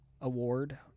award